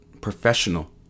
professional